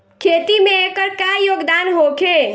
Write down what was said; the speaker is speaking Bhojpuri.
खेती में एकर का योगदान होखे?